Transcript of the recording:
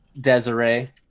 Desiree